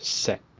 set